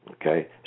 okay